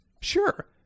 Sure